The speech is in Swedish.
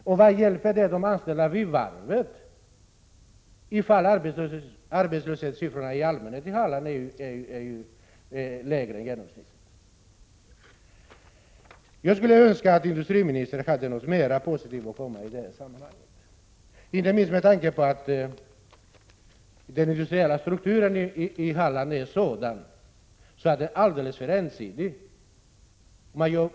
Vidare: Vad hjälper det de anställda vid varvet, ifall arbetslöshetssiffrorna i Halland i allmänhet är lägre än genomsnittet? Jag skulle önska att industriministern hade något mera positivt att komma med i detta sammanhang, inte minst med tanke på att den industriella strukturen i Halland är alldeles för ensidig.